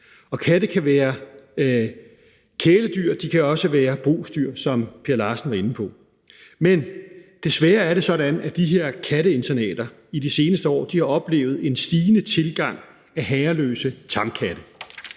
katte kan være kæledyr, og de kan også være brugsdyr, som hr. Per Larsen altså var inde på. Men desværre er det sådan, at de her katteinternater i de seneste år har oplevet en stigende tilgang af herreløse tamkatte.